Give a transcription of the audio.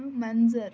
मांजर